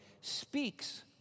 speaks